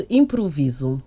improviso